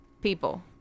people